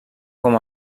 com